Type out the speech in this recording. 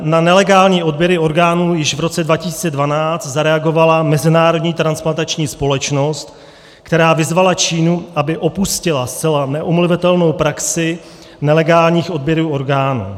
Na nelegální odběry orgánů již v roce 2012 zareagovala Mezinárodní transplantační společnost, která vyzvala Čínu, aby opustila zcela neomluvitelnou praxi nelegálních odběrů orgánů.